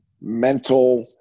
mental